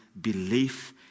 belief